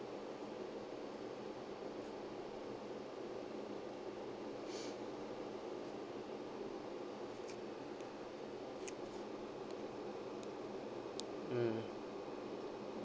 mm